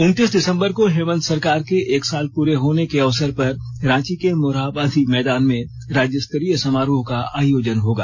उनतीस दिसंबर को हेमंत सरकार के एक साल पूरे होने के अवसर पर रांची के मोरहाबादी मैदान में राज्यस्तरीय समारोह का आयोजन होगा